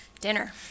dinner